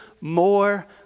more